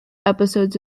episodes